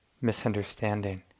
misunderstanding